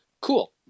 Cool